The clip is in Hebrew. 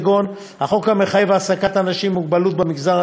כגון החוק המחייב העסקת אנשים עם מוגבלות במגזר